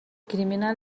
criminal